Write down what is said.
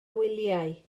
wyliau